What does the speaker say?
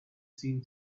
seen